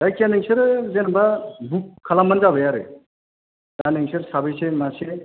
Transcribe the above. जायखिया नोंसोरो जेन'बा बुख खालामबानो जाबाय आरो दा नोंसोरो साबेसे मासे